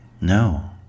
No